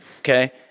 okay